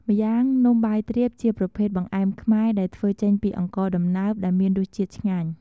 ម្យ៉ាងនំបាយទ្រាបជាប្រភេទបង្អែមខ្មែរដែលធ្វើចេញពីអង្ករដំណើបដែលមានរសជាតិឆ្ងាញ់។